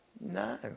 no